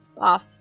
off